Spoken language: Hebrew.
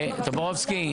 טופורובסקי,